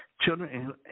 children